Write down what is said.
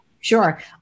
Sure